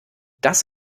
das